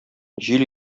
җил